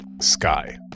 Sky